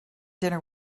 dinner